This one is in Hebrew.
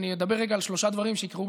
אני אדבר על שלושה דברים שיקרו,